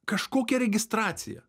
kažkokia registracija